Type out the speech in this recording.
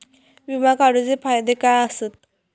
विमा काढूचे फायदे काय आसत?